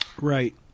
right